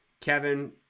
Kevin